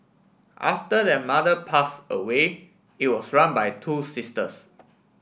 after their mother pass away it was run by two sisters